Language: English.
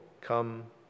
come